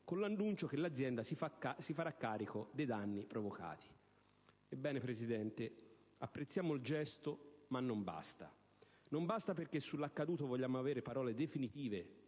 con l'annuncio che l'azienda si farà carico dei danni provocati. Ebbene, signor Presidente, apprezziamo il gesto, ma non basta, perché sull'accaduto vogliamo avere parole definitive